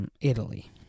Italy